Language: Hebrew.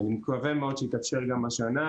אני מקווה מאוד שיתאפשר גם השנה,